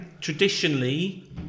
Traditionally